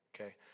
Okay